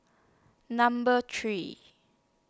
Number three